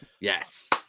yes